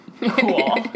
cool